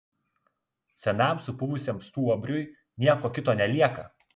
senam supuvusiam stuobriui nieko kito nelieka